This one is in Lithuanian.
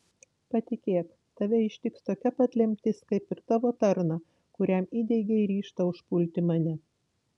patikėk tave ištiks tokia pat lemtis kaip ir tavo tarną kuriam įdiegei ryžtą užpulti mane